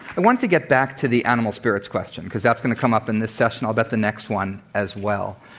i want to get back to the animal spirits question, because that's going to come up in the session i'll bet the next one as well.